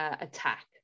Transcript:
attack